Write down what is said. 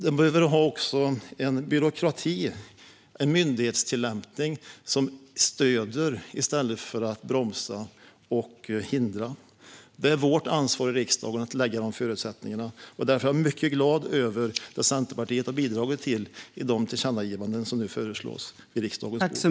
De behöver också ha en byråkrati och en myndighetstillämpning som stöder i stället för att bromsa och hindra. Det är vårt ansvar i riksdagen att skapa förutsättningar för detta. Därför är jag mycket glad över det som Centerpartiet har bidragit till i de tillkännagivanden som nu föreslås och som ligger på riksdagens bord.